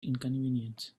inconvenience